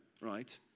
right